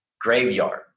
graveyard